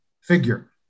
figure